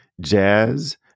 Jazz